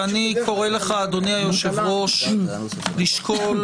אני קורא לך, אדוני היושב-ראש, לשקול